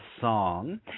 song